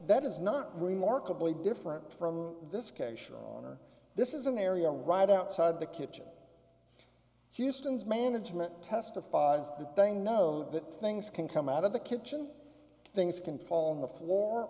that is not remarkably different from this case this is an area right outside the kitchen houston's management testifies that they know that things can come out of the kitchen things can fall on the floor